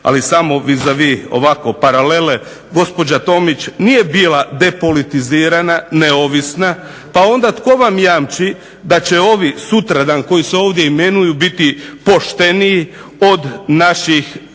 ali samo vis a vis paralele gospođa Tomić nije bila depolitizirana, neovisna, pa onda tko vam jamči da će ovi sutradan koji se ovdje imenuju biti pošteniji od naših